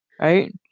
Right